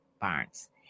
Barnes